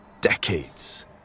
decades